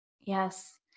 Yes